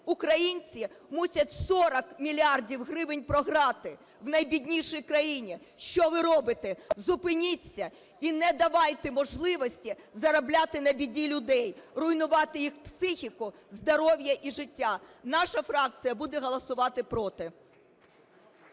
українці мусять 40 мільярдів гривень програти в найбіднішій країні. Що ви робите? Зупиніться і не давайте можливості заробляти на біді людей, руйнувати їх психіку, здоров'я і життя. Наша фракція буде голосувати "проти".